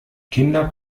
kinder